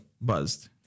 buzzed